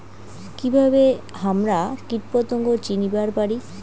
কিভাবে হামরা কীটপতঙ্গ চিনিবার পারি?